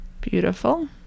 beautiful